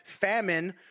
famine